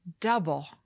double